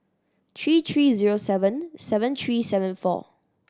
three three zero seven seven three seven four